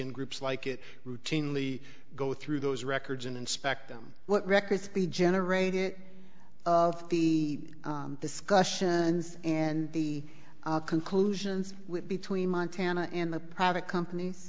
in groups like it routinely go through those records and inspect them what records be generated of the discussion and and the conclusions between montana and the private compan